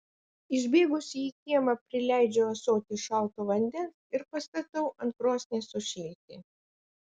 išbėgusi į kiemą prileidžiu ąsotį šalto vandens ir pastatau ant krosnies sušilti